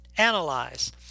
analyze